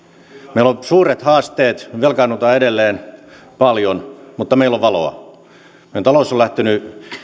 meillä on suuret haasteet me velkaannumme edelleen paljon mutta meillä on valoa meidän taloutemme on lähtenyt